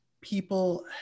people